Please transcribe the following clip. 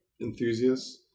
enthusiasts